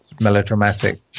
melodramatic